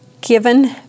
given